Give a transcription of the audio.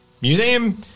museum